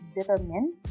determined